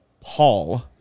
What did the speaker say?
Paul